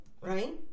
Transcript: right